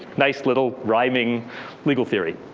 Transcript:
nice little rhyming legal theory.